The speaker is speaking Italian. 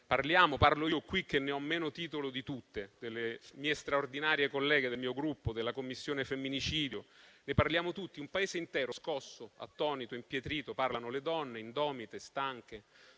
parliamo: parlo io qui che ne ho meno titolo di tutte, delle mie straordinarie colleghe, del mio Gruppo, della Commissione femminicidio. Ne parliamo tutti, un Paese intero, scosso, attonito, impietrito. Parlano le donne, indomite, stanche;